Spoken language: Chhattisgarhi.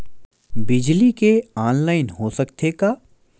बिजली के ऑनलाइन हो सकथे का?